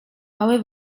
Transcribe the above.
mały